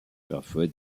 parfois